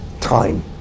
time